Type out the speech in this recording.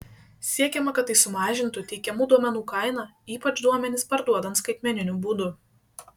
siekiama kad tai sumažintų teikiamų duomenų kainą ypač duomenis perduodant skaitmeniniu būdu